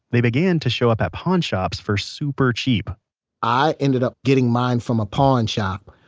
they began to show up at pawn shops for super cheap i ended up getting mine from a pawn shop.